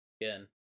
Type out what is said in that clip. again